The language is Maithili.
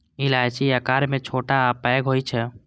इलायची आकार मे छोट आ पैघ होइ छै